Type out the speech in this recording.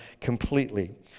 completely